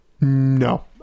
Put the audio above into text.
No